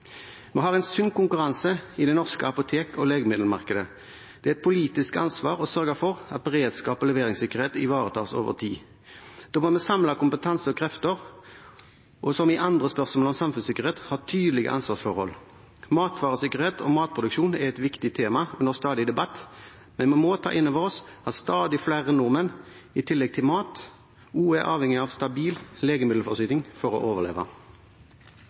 vi er på et godt spor her. Vi har en sunn konkurranse i det norske apotek- og legemiddelmarkedet. Det er et politisk ansvar å sørge for at beredskap og leveringssikkerhet ivaretas over tid. Da må vi samle kompetanse og krefter og, som i andre spørsmål om samfunnssikkerhet, ha tydelige ansvarsforhold. Matvaresikkerhet og matproduksjon er et viktig tema under stadig debatt, men vi må ta inn over oss at stadig flere nordmenn i tillegg til mat også er avhengig av stabil legemiddelforsyning for å overleve.